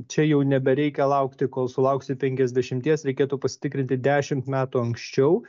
čia jau nebereikia laukti kol sulauksi penkiasdešimties reikėtų pasitikrinti dešimt metų anksčiau